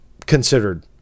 considered